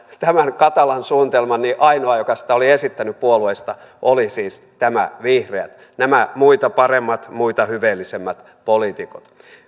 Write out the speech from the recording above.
joka tätä katalaa suunnitelmaa oli esittänyt puolueista oli siis vihreät nämä muita paremmat muita hyveellisemmät poliitikot